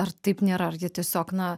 ar taip nėra ar jie tiesiog na